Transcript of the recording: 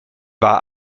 war